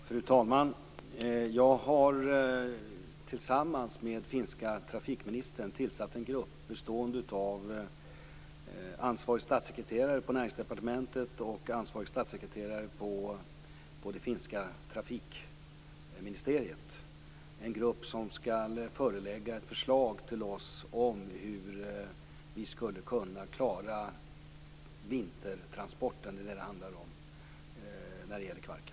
Fru talman! Jag har tillsammans med finska trafikministern tillsatt en grupp bestående av ansvarig statssekreterare på Näringsdepartementet och ansvarig statssekreterare på det finska trafikministeriet. Gruppen skall förelägga ett förslag till oss om hur vi skulle kunna klara vintertransporten, som är vad det handlar om, när det gäller Kvarken.